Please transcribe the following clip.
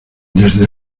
desde